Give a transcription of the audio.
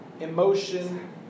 emotion